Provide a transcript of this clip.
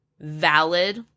valid